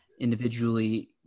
individually